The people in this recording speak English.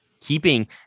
keeping